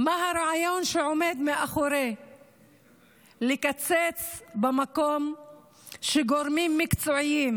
מה הרעיון שעומד מאחורי קיצוץ במקום שגורמים מקצועיים,